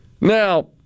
Now